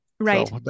Right